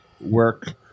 work